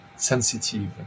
sensitive